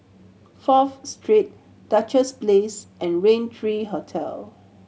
Fourth Street Duchess Place and Raintree Hotel